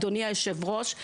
אדוני היושב-ראש,